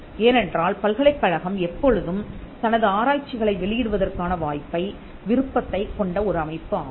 ஏனென்றால் பல்கலைக்கழகம் எப்போதும் தனது ஆராய்ச்சிகளை வெளியிடுவதற்கான வாய்ப்பை விருப்பத்தைக் கொண்ட ஒரு அமைப்பு ஆகும்